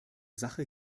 sache